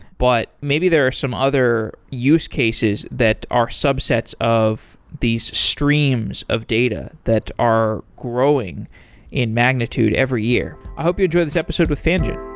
but maybe there are some other use cases that are subsets of these streams of data that are growing in magnitude every year i hope you enjoy this episode with fangjin